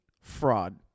Fraud